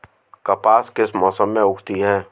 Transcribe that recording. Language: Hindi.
कपास किस मौसम में उगती है?